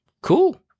cool